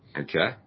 Okay